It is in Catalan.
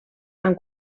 amb